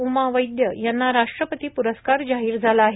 उमा वैद्य यांना राष्ट्रपती प्रस्कार जाहीर झाला आहे